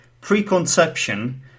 preconception